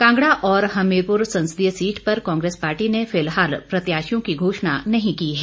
कांगड़ा और हमीरपुर संसदीय सीट पर कांग्रेस पार्टी ने फिलहाल प्रत्याशियों की घोषणा नहीं की है